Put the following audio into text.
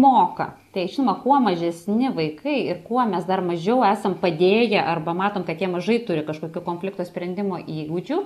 moka tai žinoma kuo mažesni vaikai ir kuo mes dar mažiau esam padėję arba matom kad jie mažai turi kažkokio konflikto sprendimo įgūdžių